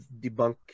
debunk